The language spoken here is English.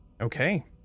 Okay